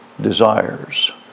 desires